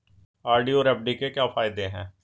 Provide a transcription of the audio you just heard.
RD और FD के क्या फायदे हैं?